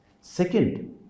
Second